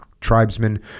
tribesmen